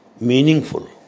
meaningful